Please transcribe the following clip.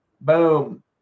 Boom